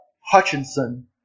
Hutchinson